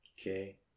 okay